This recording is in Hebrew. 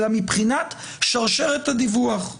אלא מבחינת שרשרת הדיווח.